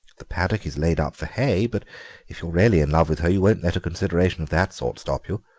the paddock is laid up for hay, but if you're really in love with her you won't let a consideration of that sort stop you,